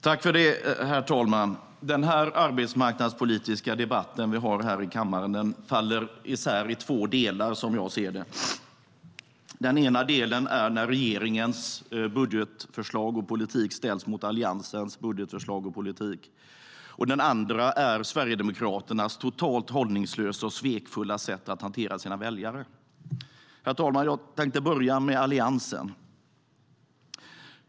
Herr talman! Dagens arbetsmarknadspolitiska debatt i kammaren faller isär i två delar. Den ena delen är när regeringens budgetförslag och politik ställs mot Alliansens budgetförslag och politik. Den andra delen är Sverigedemokraternas totalt hållningslösa och svekfulla sätt att hantera sina väljare. Herr talman! Jag tänkte börja med Alliansen.